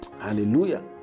Hallelujah